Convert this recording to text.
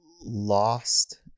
lost